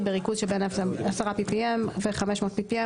(Formaldehyde) בריכוז שבין 0.001% (PPM 10) ו-0.05% (PPM 500),